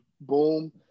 boom